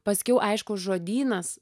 paskiau aišku žodynas